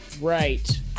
right